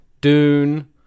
dune